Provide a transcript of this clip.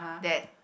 that